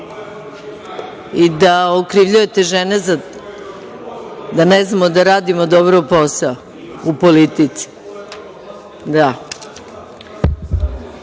i da okrivljujete žene da ne znamo da radimo dobro posao u politici? Možda